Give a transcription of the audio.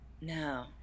No